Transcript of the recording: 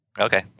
okay